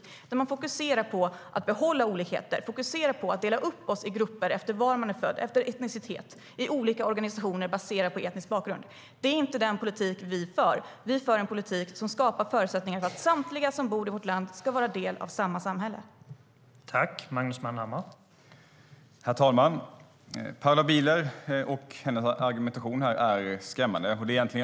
Där har man fokuserat på att behålla olikheter och på att dela upp oss i grupper efter var man är född och efter etnicitet i olika organisationer baserade på etnisk bakgrund.